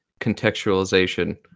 contextualization